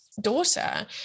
daughter